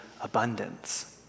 abundance